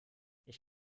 ich